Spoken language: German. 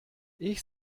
ich